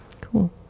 Cool